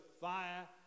fire